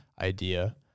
idea